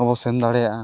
ᱦᱚᱸᱵᱚ ᱥᱮᱱᱫᱟᱲᱮᱭᱟᱜᱼᱟ